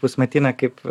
pusmetinę kaip